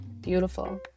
Beautiful